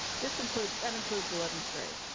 this includes, that includes eleventh grade.